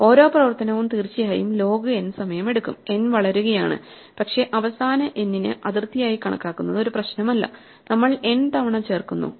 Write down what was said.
ഓരോ പ്രവർത്തനവും തീർച്ചയായും ലോഗ് n സമയം എടുക്കും n വളരുകയാണ് പക്ഷേ അവസാന n നെ അതിർത്തിയായി കണക്കാക്കുന്നത് ഒരു പ്രശ്നമല്ല നമ്മൾ n തവണ ചേർക്കുന്നു